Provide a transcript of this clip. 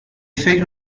فکر